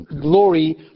glory